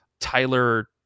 Tyler